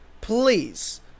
Please